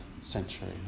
century